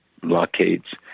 blockades